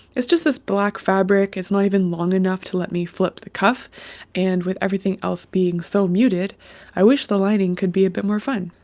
it's just this black fabric it's not even long enough to let me flip the cuff and with everything else being so muted i wish the lining could be a bit more fun.